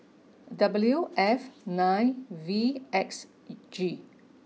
W F nine V X E G